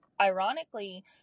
ironically